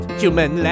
human